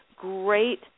Great